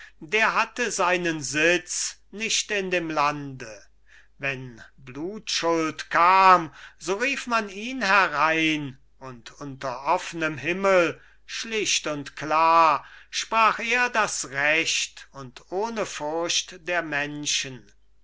der hatte seinen sitz nicht in dem lande wenn blutschuld kam so rief man ihn herein und unter offnem himmel schlicht und klar sprach er das recht und ohne furcht der menschen